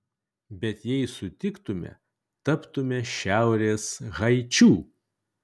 bet jei sutiktume taptume šiaurės haičiu